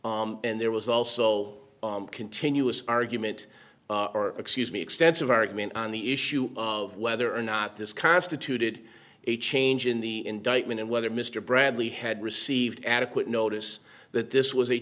and there was also continuous argument or excuse me extensive argument on the issue of whether or not this constituted a change in the indictment and whether mr bradley had received adequate notice that this was